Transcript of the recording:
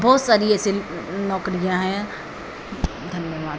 बहुत सारी ऐसी नौकरियाँ हैं धन्यवाद